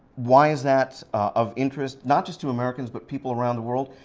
why is that of interest, not just to americans, but people around the world?